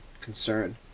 concern